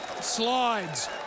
Slides